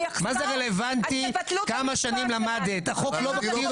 מה זה רלוונטי כמה שנים למדת, החוק לא מכיר בזה.